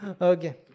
okay